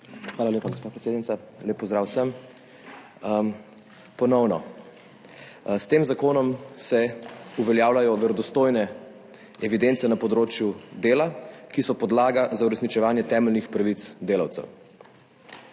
Hvala lepa, gospa predsednica. Lep pozdrav vsem! Ponovno – s tem zakonom se uveljavljajo verodostojne evidence na področju dela, ki so podlaga za uresničevanje temeljnih pravic delavcev.